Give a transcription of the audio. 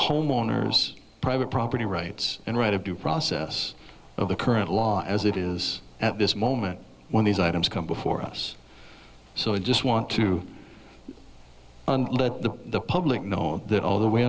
homeowner's private property rights and right of due process of the current law as it is at this moment when these items come before us so i just want to let the public know that all the way